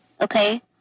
Okay